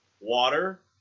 Water